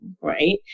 right